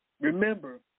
Remember